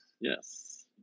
Yes